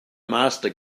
master